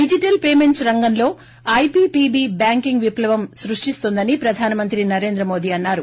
digital payments రంగంలో IPPB banking విప్లవం సృష్టిస్తుందని ప్రధాన మంత్రి నరేంద్ర మోదీ అన్నారు